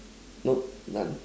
nope none